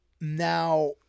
now